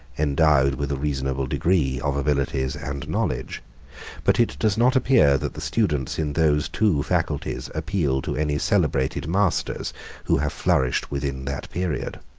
endowed with a reasonable degree of abilities and knowledge but it does not appear that the students in those two faculties appeal to any celebrated masters who have flourished within that period.